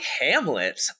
Hamlet